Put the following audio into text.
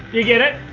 you get it?